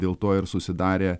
dėl to ir susidarė